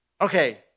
Okay